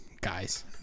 Guys